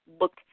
look